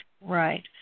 right